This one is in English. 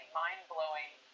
mind-blowing